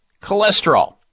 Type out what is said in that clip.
cholesterol